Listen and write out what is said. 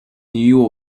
new